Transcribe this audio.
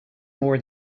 more